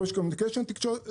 טכנולוגיות מידע ותקשורת,